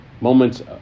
moments